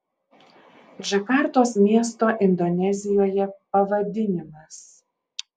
džakartos miesto indonezijoje pavadinimas